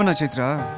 and chaitra.